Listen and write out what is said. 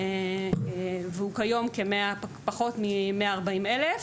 והוא כיום פחות מ-140 אלף.